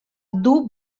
dur